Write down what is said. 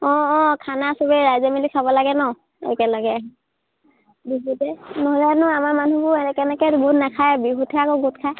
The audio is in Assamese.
অঁ অঁ খানা চবেই ৰাইজে মিলি খাব লাগে ন একেলগে বিহুতে নহ'লেনো আমাৰ মানুহবোৰ এনেকৈ এনেকৈ গোট নাখায় বিহুতহে আকৌ গোট খায়